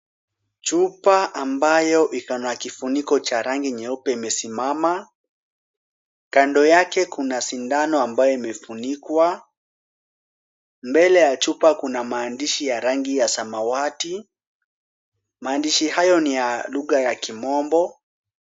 Chupa ambayo iko na kifuniko cha rangi nyeupe imesimama. Kando yake kuna sindano ambayo imefunikwa. Mbele ya chupa kuna maandishi ya rangi ya samawati. Maandishi hayo ni ya lugha ya kimombo.